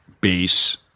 base